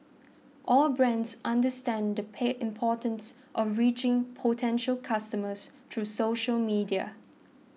all brands understand the importance of reaching potential customers through social media